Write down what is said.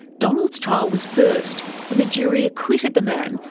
donald's trial was first, and the jury acquitted the man,